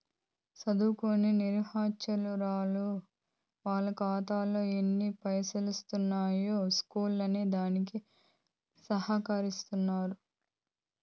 సదుంకోని నిరచ్చరాసులకు వాళ్ళ కాతాలో ఎన్ని పైసలుండాయో సూస్కునే దానికి సవుకర్యాలుండవ్